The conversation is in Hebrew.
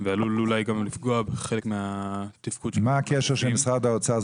ועלול אולי לפגוע בחלק מהתפקוד- -- מה הקשר של משרד האוצר?